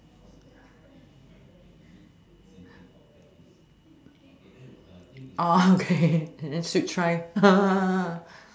okay we should try